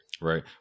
Right